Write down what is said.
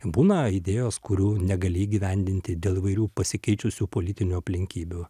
būna idėjos kurių negali įgyvendinti dėl įvairių pasikeitusių politinių aplinkybių